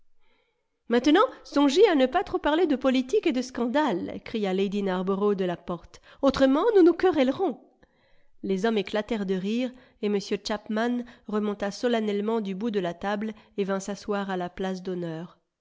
maintenant songez à ne pas trop parler de politique et de scandales cria lady narborough de la porte autrement nous nous querellerons les hommes éclatèrent de rire et m chapman remonta solennellement du bout de la table et vint s'asseoir à la place d'honneur